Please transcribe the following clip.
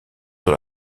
sur